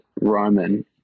Roman